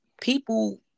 People